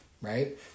right